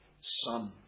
son